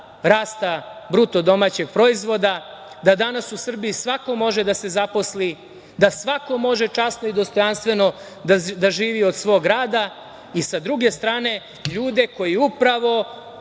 rasta BDP, da danas u Srbiji svako može da se zaposli, da svako može časno i dostojanstveno da živi od svog rada i, sa druge strane, ljude koji upravo